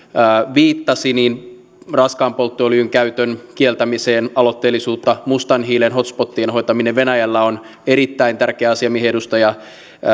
viittasi raskaan polttoöljyn käytön kieltämiseen aloitteellisuutta mustan hiilen hot spotien hoitaminen venäjällä on erittäin tärkeä asia mihin edustaja